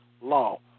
law